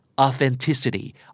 authenticity